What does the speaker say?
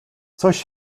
coś